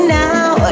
now